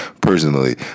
personally